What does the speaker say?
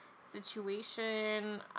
situation